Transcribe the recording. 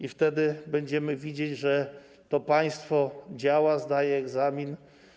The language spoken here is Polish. I wtedy będziemy widzieć, że to państwo działa, zdaje egzamin.